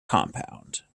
compound